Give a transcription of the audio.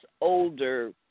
older